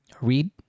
read